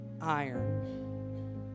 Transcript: iron